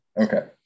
Okay